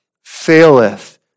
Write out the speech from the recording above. faileth